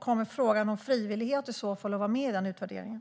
Kommer frågan om frivillighet i så fall att vara med i den utvärderingen?